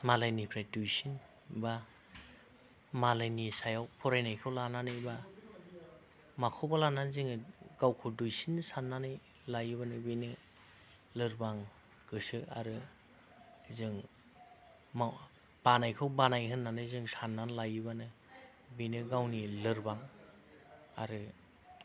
मालायनिफ्राय दुइसिन बा मालायनि सायाव फरायनायखौ लानानै एबा माखौबा लानानै जोङो गावखौ दुइसिन साननानै लायोबानो बेनो लोरबां गोसो आरो जों बानायखौ बानाय होननानै जों साननानै लायोबानो बेनो गावनि लोरबां आरो